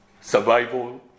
Survival